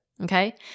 Okay